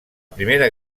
primera